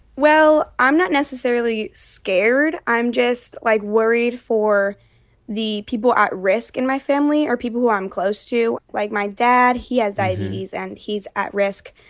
well, i'm not necessarily scared. i'm just, like, worried for the people at risk in my family or people who i'm close to, like my dad. he has diabetes, and he's at risk.